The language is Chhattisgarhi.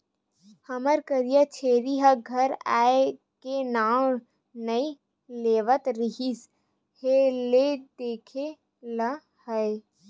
हमर करिया छेरी ह घर आए के नांव नइ लेवत रिहिस हे ले देके लाय हँव